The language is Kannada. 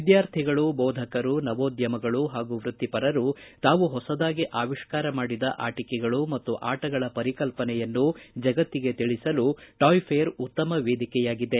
ವಿದ್ಯಾರ್ಥಿಗಳು ಬೋಧಕರು ನವೋದ್ಯಮಗಳು ಹಾಗೂ ವ್ಯಕ್ತಿಪರರು ತಾವು ಹೊಸದಾಗಿ ಆವಿಷ್ಕಾರ ಮಾಡಿದ ಆಟಿಕೆಗಳು ಮತ್ತು ಆಟಗಳ ಪರಿಕಲ್ಲನೆಯನ್ನು ಜಗತ್ತಿಗೆ ತಿಳಿಸಲು ಟಾಯ್ ಫೇರ್ ಉತ್ತಮ ವೇದಿಕೆಯಾಗಿದೆ